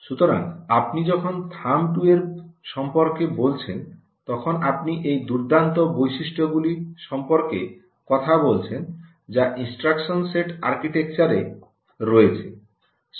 সুতরাং আপনি যখন থাম্ব 2 এর সম্পর্কে বলছেন তখন আপনি এই দুর্দান্ত বৈশিষ্ট্যগুলি সম্পর্কে কথা বলছেন যা ইনস্ট্রাকশন সেট আর্কিটেকচারে রয়েছে